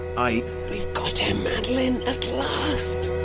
i, we've got him, madeleine! at last!